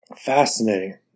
Fascinating